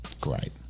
Great